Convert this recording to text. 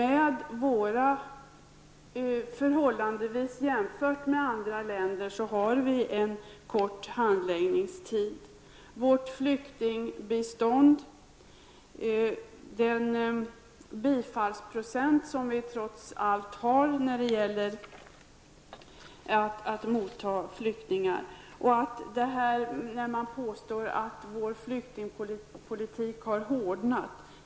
Jämförd med handläggningstider i andra länder är vår handläggningstid kort. Beträffande vårt flyktingbistånd hänvisar jag vidare till de bifallna asylansökningar som trots allt finns. Det påstås att vår asylpolitik har hårdnat.